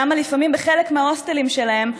למה לפעמים בחלק מההוסטלים שלהם,